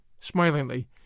smilingly